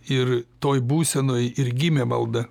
ir toj būsenoj ir gimė malda